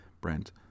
Brent